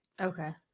okay